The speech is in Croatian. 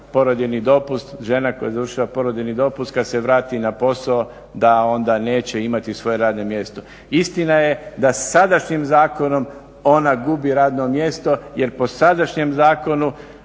porodiljni dopust, žena koja je završila porodiljni dopust kad se vrati na posao da onda neće imati svoje radno mjesto. Istina je da sadašnjim zakonom ona gubi radno mjesto, jer po sadašnjem zakonu